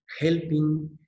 helping